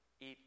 eat